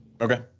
Okay